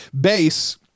Base